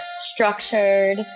structured